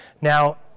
Now